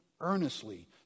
earnestly